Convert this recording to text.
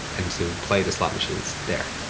and to play the slot machines there.